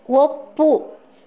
ಒಪ್ಪು